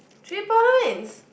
three points